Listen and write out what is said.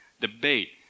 debate